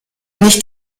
nicht